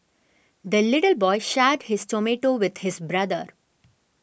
the little boy shared his tomato with his brother